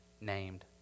named